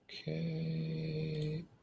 Okay